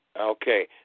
Okay